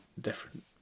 different